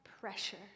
Pressure